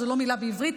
שזו לא מילה בעברית.